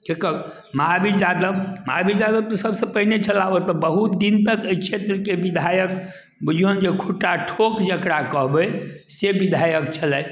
एक महाबीर यादव महाबीर यादव तऽ सभसँ पहिने छलाह ओ तऽ बहुत दिन तक एहि छेत्रके बिधायक बुझिऔन जे खुट्टा ठोक जकरा कहबै से बिधायक छलथि